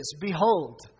Behold